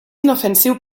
inofensiu